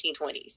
1920s